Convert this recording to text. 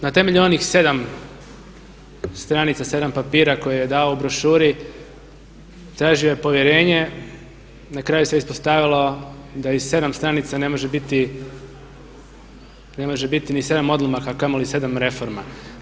Na temelju onih 7 stranica, 7 papira koje je dao o brošuri tražio je povjerenje, na kraju se ispostavilo da iz 7 stranica ne može biti ni 7 odlomaka a kamoli 7 reforma.